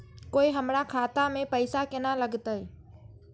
कोय हमरा खाता में पैसा केना लगते?